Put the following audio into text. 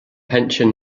pension